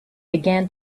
began